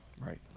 right